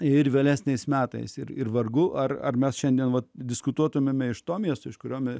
ir vėlesniais metais ir ir vargu ar ar mes šiandien vat diskutuotumėme iš suomijos užkuriomis